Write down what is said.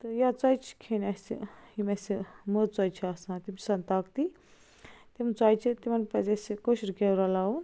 تہٕ یا ژۄچہِ چھِ کھیٚنۍ اَسہِ یِم اَسہِ مٲدٕ ژۄچہِ چھِ آسان تِم چھِ آسان طاقتی تِم ژۄچہِ تِمن پَزِ اَسہِ کٲشُر گیو رَلاوُن